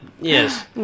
Yes